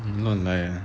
你乱来啊